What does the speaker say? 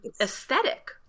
aesthetic